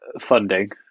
funding